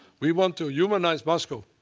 we want to humanize moscow.